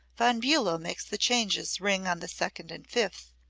von bulow makes the changes ring on the second and fifth,